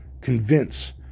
convince